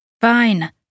Fine